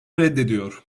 reddediyor